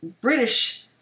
British